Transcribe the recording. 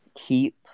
keep